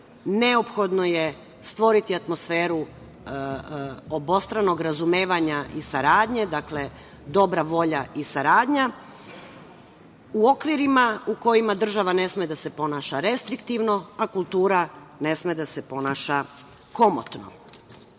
Neophodno je stvoriti atmosferu obostranog razumevanja i saradnje. Dakle, dobra volja i saradnja u okvirima u kojima država ne sme da se ponaša restriktivno, a kultura ne sme da se ponaša